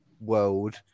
world